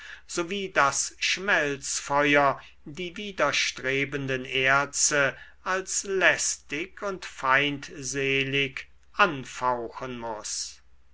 wie das schmelzfeuer die widerstrebenden erze als lästig und feindselig anfauchen muß